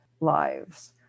lives